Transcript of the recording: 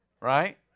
Right